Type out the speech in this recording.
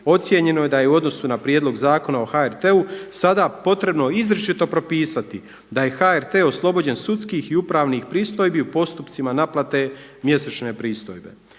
ocijenjeno je da je u odnosu na Prijedlog zakona o HRT-u sada potrebno izričito propisati da je HRT oslobođen sudskih i upravnih pristojbi u postupcima naplate mjesečne pristojbe.